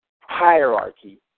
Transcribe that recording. hierarchy